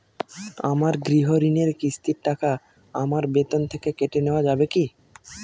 আমার গৃহঋণের কিস্তির টাকা আমার বেতন থেকে কেটে নেওয়া যাবে কি?